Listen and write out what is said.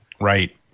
Right